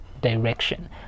direction